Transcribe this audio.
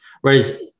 whereas